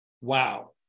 Wow